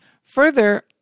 Further